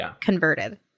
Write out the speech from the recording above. converted